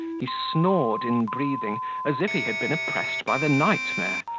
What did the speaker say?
he snored in breathing as if he had been oppressed by the nightmare,